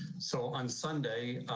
so on sunday.